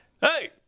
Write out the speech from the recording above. Hey